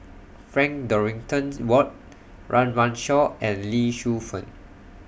Frank Dorrington's Ward Run Run Shaw and Lee Shu Fen